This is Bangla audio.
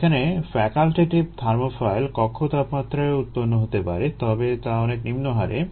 যেখানে ফ্যাকাল্টেটিভ থার্মোফাইল কক্ষ তাপমাত্রায়ও উৎপন্ন হতে পারে তবে তা অনেক নিম্ন হারে